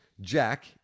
Jack